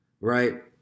right